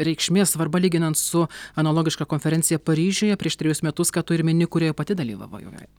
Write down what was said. reikšmė svarba lyginant su analogiška konferencija paryžiuje prieš trejus metus ką tu ir mini kurioje pati dalyvavai joje